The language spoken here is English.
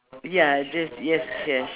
ya just yes yes